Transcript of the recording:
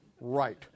Right